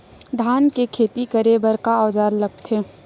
धान के खेती करे बर का औजार लगथे?